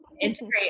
integrate